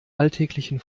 alltäglichen